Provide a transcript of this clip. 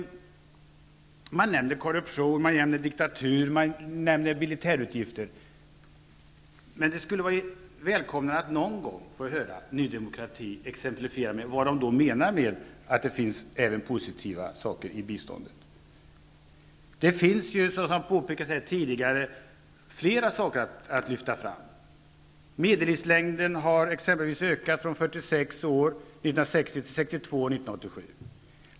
Man nämner korruption, diktatur och militärutgifter, men det skulle vara välkommet om Ny demokrati någon gång gav exempel på vad partiet menar med positiva saker i biståndet. Det finns, som påpekats tidigare, flera saker som kan lyftas fram. Medellivslängden t.ex. har ökat från 46 år år 1960 till 62 år år 1987.